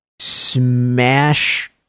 smash